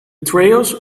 trails